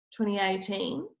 2018